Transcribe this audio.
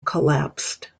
collapsed